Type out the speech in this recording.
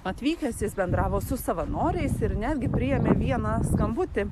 atvykęs jis bendravo su savanoriais ir netgi priėmė vieną skambutį